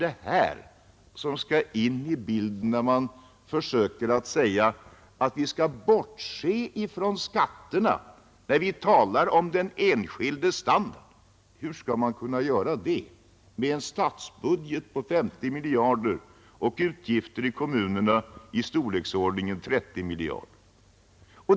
Detta måste in i bilden när man försöker påstå att vi skall bortse från skatterna, när vi talar om den enskildes standard. Hur skall man kunna göra det med en statsbudget på 50 miljarder kronor och utgifter i kommunerna av storleken 30 miljarder kronor?